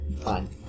Fine